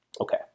okay